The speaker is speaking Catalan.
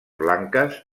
blanques